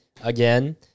Again